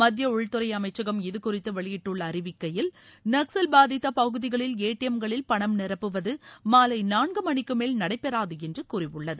மத்திய உள்துறை அமைச்சகம் இது குறித்து வெளியிட்டுள்ள அறிவிக்கையில் நக்ஸல் பாதித்த பகுதிகளில் ஏடிஎம் களில் பணம் நிரப்புவது மாலை நான்கு மணிக்குமேல் நடைபெறாது என்று கூறியுள்ளது